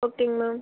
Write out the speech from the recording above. ஓகேங்க மேம்